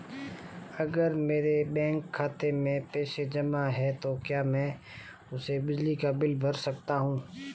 अगर मेरे बैंक खाते में पैसे जमा है तो क्या मैं उसे बिजली का बिल भर सकता हूं?